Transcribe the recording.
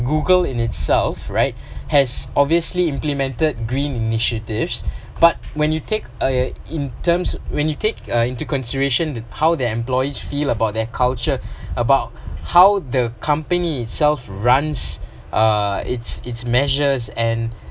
Google in itself right has obviously implemented green initiatives but when you take uh in terms when you take into consideration how their employees feel about their culture about how the company self runs uh its its measures and